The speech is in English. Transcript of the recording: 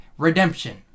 redemption